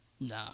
No